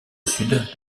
sud